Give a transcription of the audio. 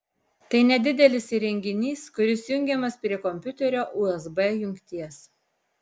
tai nedidelis įrenginys kuris jungiamas prie kompiuterio usb jungties